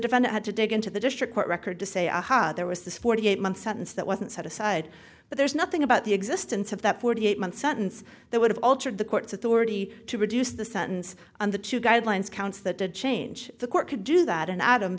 defendant had to dig into the district court record to say aha there was this forty eight month sentence that wasn't set aside but there's nothing about the existence of that forty eight month sentence that would have altered the court's authority to reduce the sentence on the two guidelines counts that did change the court could do that and